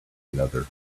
another